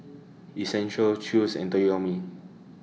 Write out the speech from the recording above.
Essential Chew's and Toyomi